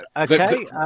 Okay